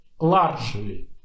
largely